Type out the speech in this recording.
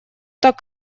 так